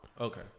Okay